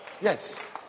Yes